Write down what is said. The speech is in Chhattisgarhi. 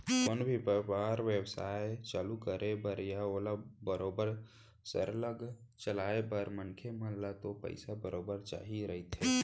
कोनो भी बेपार बेवसाय चालू करे बर या ओला बरोबर सरलग चलाय बर मनखे मन ल तो पइसा बरोबर चाही रहिथे